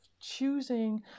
choosing